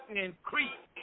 increase